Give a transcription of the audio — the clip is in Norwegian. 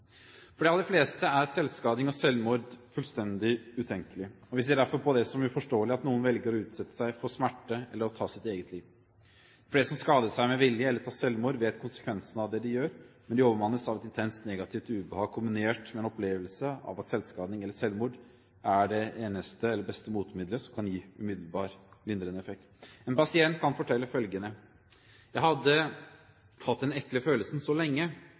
For de aller fleste er selvskading og selvmord fullstendig utenkelig, og vi ser derfor på det som uforståelig at noen velger å utsette seg for smerte eller å ta sitt eget liv. De fleste som skader seg med vilje eller begår selvmord, vet konsekvensene av det de gjør, men de overmannes av et intenst negativt ubehag kombinert med en opplevelse av at selvskading eller selvmord er det eneste eller beste botemiddelet som kan gi umiddelbar lindrende effekt. En pasient kan fortelle følgende: «Jeg hadde hatt den ekle følelsen så lenge,